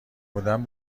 بودم